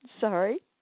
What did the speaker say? Sorry